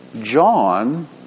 John